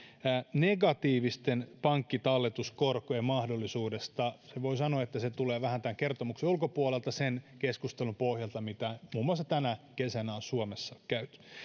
negatiivisten pankkitalletuskorkojen mahdollisuudesta voi sanoa että se tulee vähän tämän kertomuksen ulkopuolelta sen keskustelun pohjalta mitä muun muassa tänä kesänä on suomessa käyty herra